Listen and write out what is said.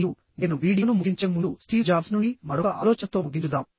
మరియు నేను వీడియోను ముగించే ముందు స్టీవ్ జాబ్స్ నుండి మరొక ఆలోచనతో ముగించుదాం